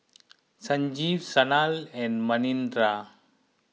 Sanjeev Sanal and Manindra